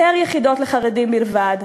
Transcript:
יותר יחידות לחרדים בלבד,